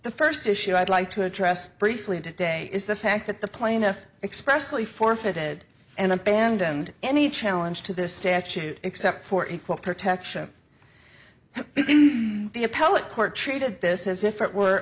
the first issue i'd like to address briefly today is the fact that the plaintiff expressly forfeited and abandoned any challenge to this statute except for equal protection the appellate court treated this as if it were